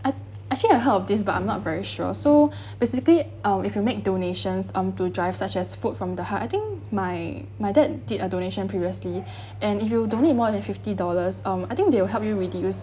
I act~ actually I heard of this but I'm not very sure so basically um if you make donations um to drives such as Food from the Heart I think my my dad did a donation previously and if you donate more than fifty dollars um I think they will help you reduce